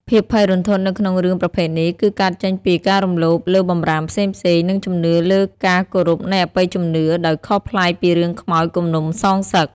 ភាពភ័យរន្ធត់នៅក្នុងរឿងប្រភេទនេះគឺកើតចេញពី ការរំលោភលើបម្រាមផ្សេងៗ និងជំនឿលើការគោរពនៃអបិយជំនឿ ដោយខុសប្លែកពីរឿងខ្មោចគំនុំសងសឹក ។